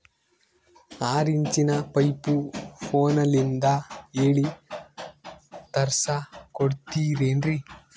ಆರಿಂಚಿನ ಪೈಪು ಫೋನಲಿಂದ ಹೇಳಿ ತರ್ಸ ಕೊಡ್ತಿರೇನ್ರಿ?